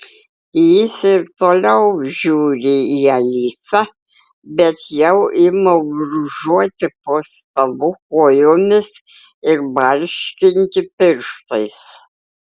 jis ir toliau žiūri į alisą bet jau ima brūžuoti po stalu kojomis ir barškinti pirštais